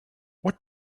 what